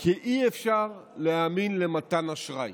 כי אי-אפשר להאמין למתן אשראי.